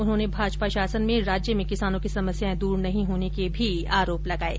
उन्होंने भाजपा शासन में राज्य में किसानों की समस्यायें दूर नहीं होने के भी आरोप लगाये